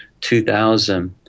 2000